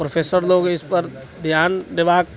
professor लोग इसपर ध्यान देबाक